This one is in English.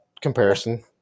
comparison